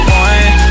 one